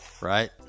right